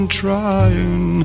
trying